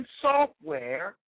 software